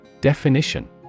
Definition